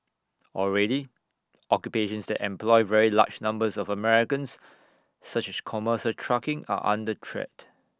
already occupations that employ very large numbers of Americans such she commercial trucking are under threat